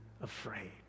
afraid